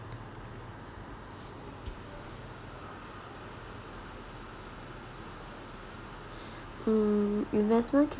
um investment can~